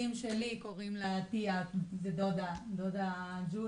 הילדים שלי קוראים לה דודה ג'ולי.